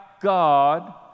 God